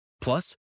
Plus